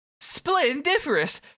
Splendiferous